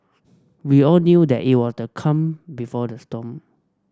we all knew that it was the calm before the storm